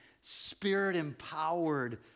spirit-empowered